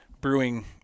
brewing